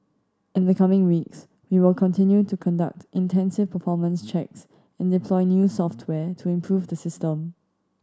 in the coming weeks we will continue to conduct intensive performance checks and deploy new software to improve the system